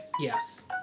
Yes